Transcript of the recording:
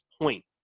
point